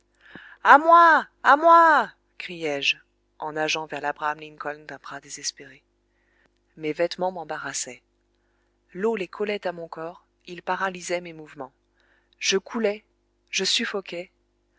a moi à moi criai-je en nageant vers labraham lincoln d'un bras désespéré mes vêtements m'embarrassaient l'eau les collait à mon corps ils paralysaient mes mouvements je coulais je suffoquais